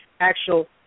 actual